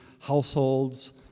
households